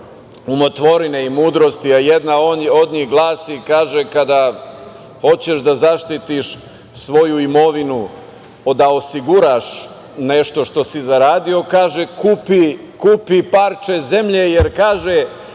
umotvorine i mudrosti, a jedna od njih glasi – kada hoćeš da zaštitiš svoju imovinu, da osiguraš nešto što si zaradio, kaže kupi parče zemlje, jer